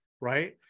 right